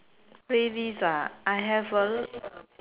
playlist ah I have a